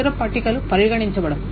ఇతర పట్టికలు పరిగణించబడవు